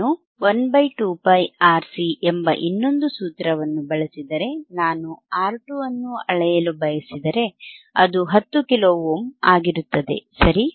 ನಾನು 12πRC ಎಂಬ ಇನ್ನೊಂದು ಸೂತ್ರವನ್ನು ಬಳಸಿದರೆ ನಾನು R2 ಅನ್ನು ಅಳೆಯಲು ಬಯಸಿದರೆ ಅದು 10 ಕಿಲೋ ಓಮ್ ಆಗಿರುತ್ತದೆ ಸರಿ